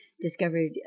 discovered